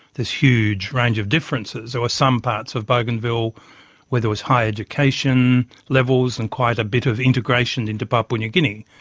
there's huge range of differences. there were some parts of bougainville where there was higher education levels and quite a bit of integration into papua new guinea,